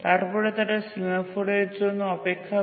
তারপরে তারা সিমফোরের জন্য অপেক্ষা করে